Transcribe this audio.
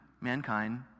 mankind